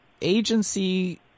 agency